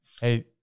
Hey